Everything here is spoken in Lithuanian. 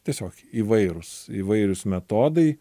tiesiog įvairūs įvairūs metodai